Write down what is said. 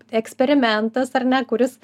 eksperimentas ar ne kuris